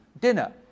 dinner